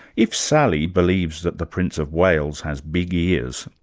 if sally believes that the prince of wales has big ears,